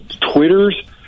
Twitter's